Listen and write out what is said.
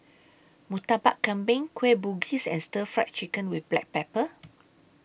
Murtabak Kambing Kueh Bugis and Stir Fry Chicken with Black Pepper